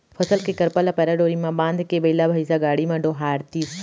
फसल के करपा ल पैरा डोरी म बने बांधके बइला भइसा गाड़ी म डोहारतिस